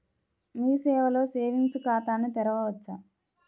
మీ సేవలో సేవింగ్స్ ఖాతాను తెరవవచ్చా?